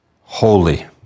holy